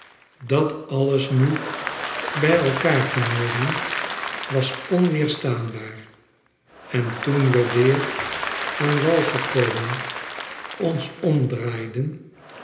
kraakte dat alles nu bij elkaar genomen was onweerstaanbaar en toen we weer aan wal gekomen ons omdraaiden